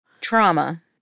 Trauma